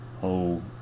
whole